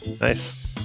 Nice